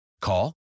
Call